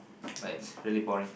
but it's really boring